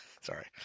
Sorry